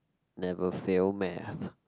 never fail Math